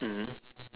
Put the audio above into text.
mm